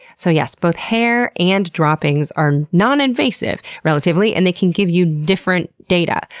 so yes, both hair and dropping are non-invasive, relatively, and they can give you different data.